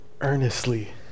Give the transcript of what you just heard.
earnestly